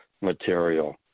material